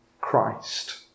Christ